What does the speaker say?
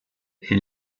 est